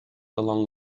along